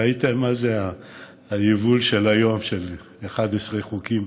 ראיתם מה זה היבול של היום, של 11 חוקים,